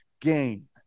gain